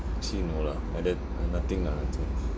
actually no lah 9uh0 that uh nothing lah